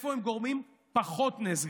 איפה הם גורמים פחות נזק,